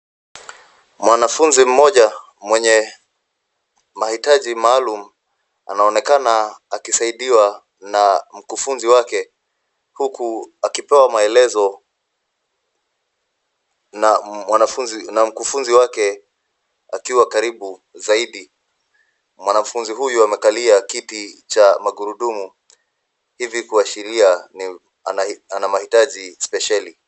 Mwanafunzi mmoja mwenye mahitaji maalum anaonekana akisaidiwa na mkufunzi wake, huku akipewa maelezo na mkufunzi wake akiwa karibu zaidi. Mwanafunzi huyu amekalia kitu cha magurudumu huku kuashiria ana mahitaji spesheli.